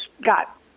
got